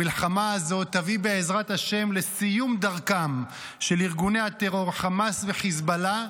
המלחמה הזאת תביא בעזרת השם לסיום דרכם של ארגוני הטרור חמאס וחיזבאללה,